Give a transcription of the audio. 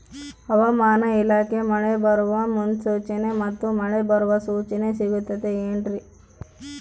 ಹವಮಾನ ಇಲಾಖೆ ಮಳೆ ಬರುವ ಮುನ್ಸೂಚನೆ ಮತ್ತು ಮಳೆ ಬರುವ ಸೂಚನೆ ಸಿಗುತ್ತದೆ ಏನ್ರಿ?